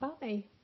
bye